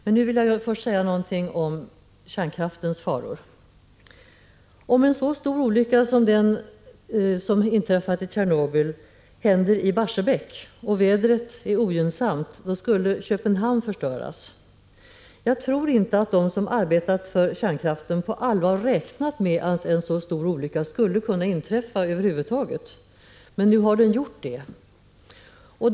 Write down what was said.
Men jag vill först säga någonting om kärnkraftens faror. Om en så stor olycka som den i Tjernobyl inträffade i Barsebäck och vädret var ogynnsamt, skulle Köpenhamn förstöras. Jag tror inte att de som arbetat för kärnkraften på allvar räknat med att en så stor olycka över huvud taget skulle kunna inträffa. Men det har den gjort nu.